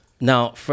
Now